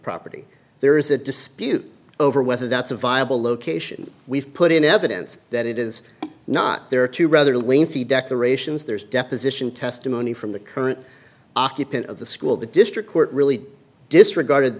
property there is a dispute over whether that's a viable location we've put in evidence that it is not there are two rather lengthy decorations there's deposition testimony from the current occupant of the school the district court really disregarded